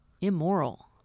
immoral